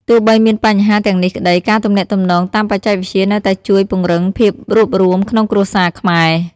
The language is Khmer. ទោះបីមានបញ្ហាទាំងនេះក្ដី ការទំនាក់ទំនងតាមបច្ចេកវិទ្យានៅតែជួយពង្រឹងភាពរួបរួមក្នុងគ្រួសារខ្មែរ។